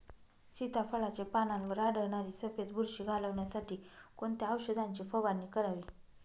सीताफळाचे पानांवर आढळणारी सफेद बुरशी घालवण्यासाठी कोणत्या औषधांची फवारणी करावी?